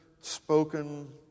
spoken